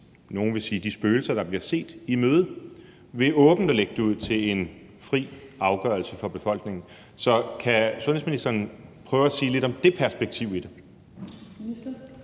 nogle ville sige de spøgelser, der bliver set – i møde ved åbent at lægge det ud til en fri afgørelse for befolkningen. Så kan sundhedsministeren prøve at sige lidt om det perspektiv i det?